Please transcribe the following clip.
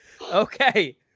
Okay